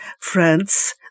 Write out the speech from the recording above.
France